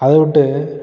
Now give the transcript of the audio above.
அதை விட்டு